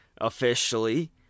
officially